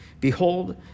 behold